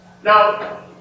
Now